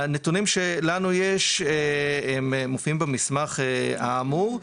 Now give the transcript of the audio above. הנתונים שלנו יש הם מופיעים במסמך האמור.